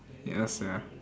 ya sia